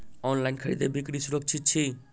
online खरीदै बिक्री सुरक्षित छी